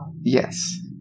yes